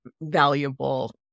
valuable